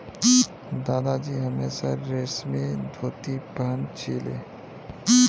दादाजी हमेशा रेशमी धोती पह न छिले